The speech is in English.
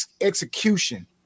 execution